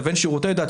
לבין שירותי דת,